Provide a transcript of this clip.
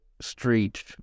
street